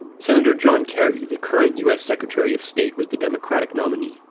senator john kerry the current u s. secretary of state was the democratic nominee.